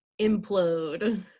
implode